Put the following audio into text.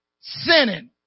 sinning